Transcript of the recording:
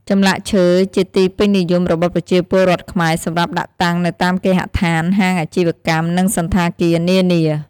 ចម្លាក់ឈើជាទីពេញនិយមរបស់ប្រជាពលរដ្ឋខ្មែរ សម្រាប់ដាក់តាំងនៅតាមគេហដ្ឋាន, ហាងអាជីវកម្ម និងសណ្ឋាគារនានា ។